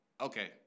Okay